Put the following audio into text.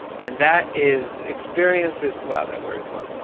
and that is experiences. wow, that worked well.